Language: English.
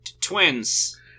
twins